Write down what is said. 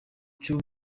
cyo